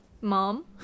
Mom